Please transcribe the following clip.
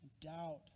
doubt